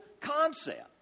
concept